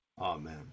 amen